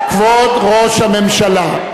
כבוד ראש הממשלה,